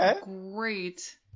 great